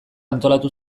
antolatu